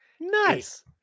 nice